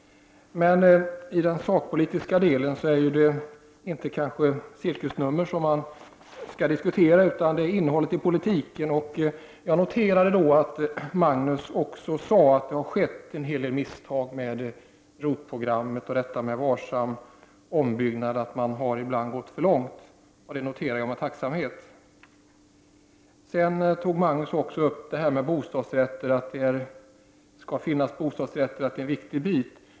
Men i den sakpolitiska delen är det kanske inte cirkusnummer som man skall diskutera, utan det är innehållet i politiken. Jag noterade då att Magnus Persson sade att det har skett en hel del misstag i fråga om ROT-programmet, t.ex. när det gäller varsam ombyggnad och att man ibland har gått för långt. Jag noterar med tacksamhet det som han sade med tacksamhet. Sedan talade Magnus Persson om bostadsrätter och sade att de utgör ett viktigt inslag.